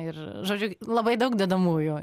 ir žodžiu labai daug dedamųjų